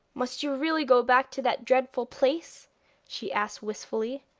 must you really go back to that dreadful place she asked wistfully.